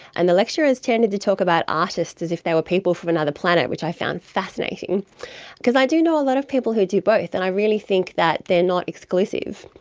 and the lecturers tended to talk about artists as if they were people from another planet, which i found fascinating because i do know a lot of people who do both and i really think that they are not exclusive.